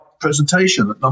presentation